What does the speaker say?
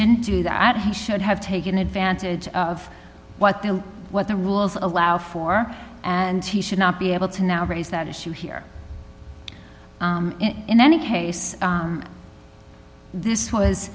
didn't do that he should have taken advantage of what the what the rules allow for and he should not be able to now raise that issue here in any case this was